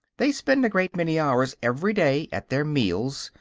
they spend a great many hours every day at their meals,